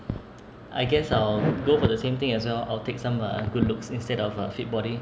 I guess I'll go for the same thing as well I'll take some uh good looks instead of a fit body